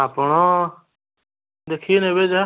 ଆପଣ ଦେଖିକି ନେବେ ଯାହା